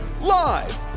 Live